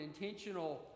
intentional